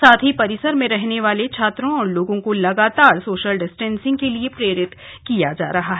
साथ ही परिसर में रहने वाले छात्रों और लोगों को लगातार सोशल डिस्टेंसिंग के लिए प्रेरित किया जा रहा है